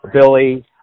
Billy